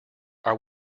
are